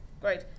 Great